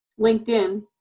LinkedIn